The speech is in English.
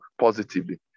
positively